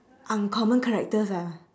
uncommon characters ah